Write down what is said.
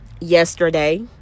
yesterday